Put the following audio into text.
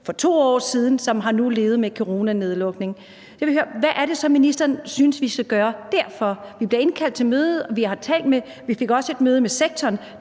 for 2 år siden, og som nu har levet med coronanedlukning. Jeg vil høre, hvad det så er, ministeren synes vi skal gøre der. Vi bliver indkaldt til møde, vi har talt med og fik et møde med sektoren,